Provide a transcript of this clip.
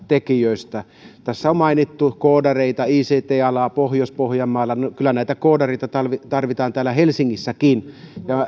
tekijöistä tässä on mainittu koodareita ict alaa pohjois pohjanmaalla kyllä näitä koodareita tarvitaan täällä helsingissäkin